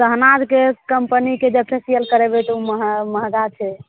सहनाजके कम्पनीके जँ फेसियल करेबै तऽ ओ मह महगा छै